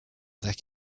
that